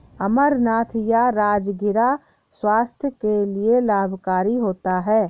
अमरनाथ या राजगिरा स्वास्थ्य के लिए लाभकारी होता है